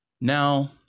Now